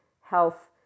health